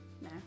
no